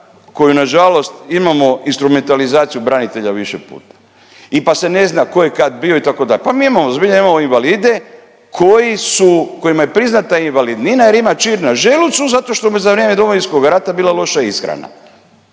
koju na žalost imamo instrumentalizaciju branitelja više puta pa se ne zna tko je kada bio itd. Pa mi imamo, zbilja imamo invalide kojima je priznata invalidnina jer ima čir na želucu zato što mu je za vrijeme Domovinskoga rata bila loša ishrana.